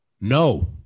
No